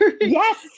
yes